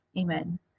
amen